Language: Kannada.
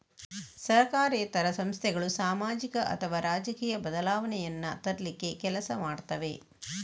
ಸರಕಾರೇತರ ಸಂಸ್ಥೆಗಳು ಸಾಮಾಜಿಕ ಅಥವಾ ರಾಜಕೀಯ ಬದಲಾವಣೆಯನ್ನ ತರ್ಲಿಕ್ಕೆ ಕೆಲಸ ಮಾಡ್ತವೆ